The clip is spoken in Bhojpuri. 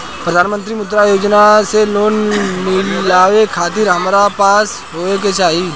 प्रधानमंत्री मुद्रा योजना से लोन मिलोए खातिर हमरा पास का होए के चाही?